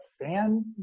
fan